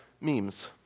memes